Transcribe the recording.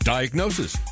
Diagnosis